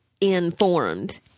informed